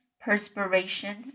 perspiration